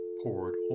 poured